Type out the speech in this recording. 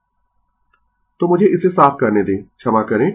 Refer Slide Time 1053 तो मुझे इसे साफ करने दें क्षमा करें